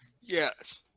Yes